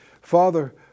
Father